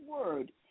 word